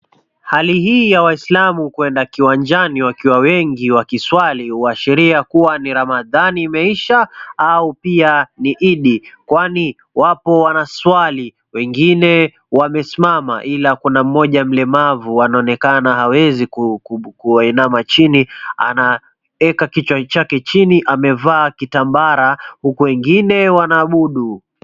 Hali hii ya waislamu kuenda kiwanjani wakiwa wengi wakiswali kuashiria kuwa ni Ramadhani imeisha au pia ni Iddi kwani wapo wanaswali, wengine wamesimama ila kuna mmoja mlemavu anaonekana hawezi kuinama chini, anaeka kichwa chake chini amevaa kitambara huku wengine wanaabudu.